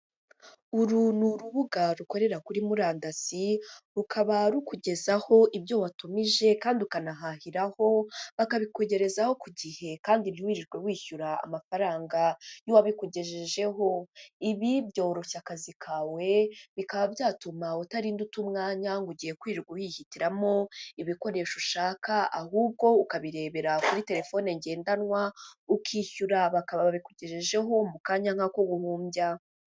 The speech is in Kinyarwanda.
Uru ni urubuga rukorera kuri murandasi, rukaba rukugezaho ibyo watumije kandi ukanahahiraho, bakabikugerezaho ku gihe kandi ntiwirirwe wishyura amafaranga y'uwabikugejejeho. Ibi byoroshya akazi kawe, bikaba byatuma utarinda uta umwanya ngo ugiye kwirwa wihitiramo ibikoresho ushaka, ahubwo ukabirebera kuri telefone ngendanwa, ukishyura, bakaba babikugejejeho mu kanya nk'ako guhumbya.